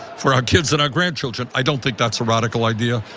for our kids and our grandchildren. i don't think that's a radical idea.